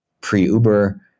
pre-Uber